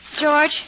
George